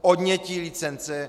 Odnětí licence.